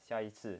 下一次